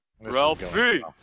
Ralphie